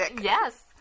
Yes